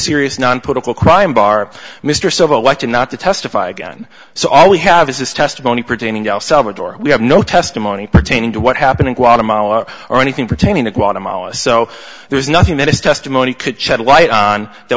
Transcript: serious nonpolitical crime bar mr civil like to not to testify again so all we have is this testimony pertaining to el salvador we have no testimony pertaining to what happened in guatemala or anything pertaining to guatemala so there is nothing that is testimony